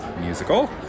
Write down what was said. musical